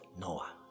Noah